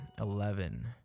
eleven